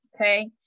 okay